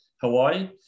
Hawaii